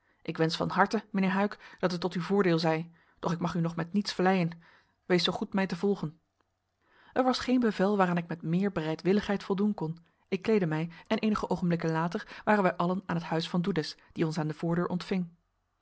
ik wensch van harte mijnheer huyck dat het tot uw voordeel zij doch ik mag u nog met niets vleien wees zoo goed mij te volgen er was geen bevel waaraan ik met meer bereidwilligheid voldoen kon ik kleedde mij en eenige oogenblikken later waren wij allen aan het huis van doedes die ons aan de voordeur ontving